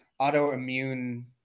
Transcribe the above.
autoimmune